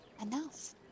Enough